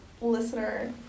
listener